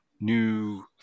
new